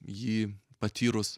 jį patyrus